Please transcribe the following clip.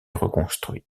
reconstruit